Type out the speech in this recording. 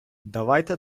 давайте